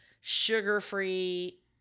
sugar-free